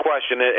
question